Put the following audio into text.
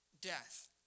death